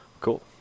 cool